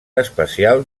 especial